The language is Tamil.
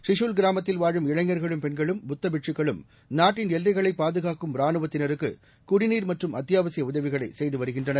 சிஷூல் கிராமத்தில் வாழும் இளைஞர்களும் பெண்களும் புத்தபிட்சுகளும் நாட்டின் எல்லைகளைப் பாதுகாக்கும் ராணுவத்தினருக்குடிநீர் மற்றும் அத்தியாவசியஉதவிகளைசெய்துவருகின்றனர்